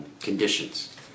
conditions